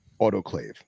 autoclave